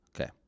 Okay